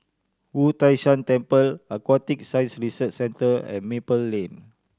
Wu Tai Shan Temple Aquatic Science Research Centre and Maple Lane